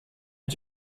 mit